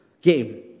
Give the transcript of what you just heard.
game